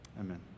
amen